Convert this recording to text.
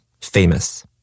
Famous